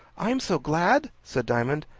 i'm so glad, said diamond.